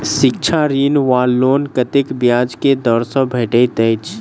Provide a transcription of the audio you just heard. शिक्षा ऋण वा लोन कतेक ब्याज केँ दर सँ भेटैत अछि?